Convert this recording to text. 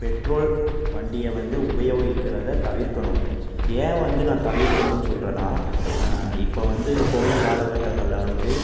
petrol வண்டியை வந்து உபயோகிக்கிறதை தவிர்க்கணும் ஏன் வந்து நான் தவிர்க்கணும்னு சொல்றேனா இப்போது வந்து இப்போது உள்ள காலகட்டங்களில் வந்து